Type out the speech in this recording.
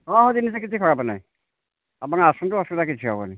ହଁ ହଁ ଜିନିଷ କିଛି ଖରାପ ନାହିଁ ଆପଣ ଆସନ୍ତୁ ଅସୁବିଧା କିଛି ହେବନି